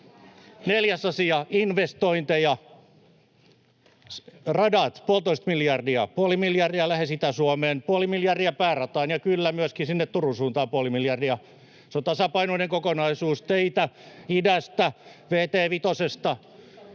Neljäs asia: investointeja. Radat puolitoista miljardia, lähes puoli miljardia Itä-Suomeen, puoli miljardia päärataan ja, kyllä, myöskin sinne Turun suuntaan puoli miljardia. Se on tasapainoinen kokonaisuus. Teitä: idästä vt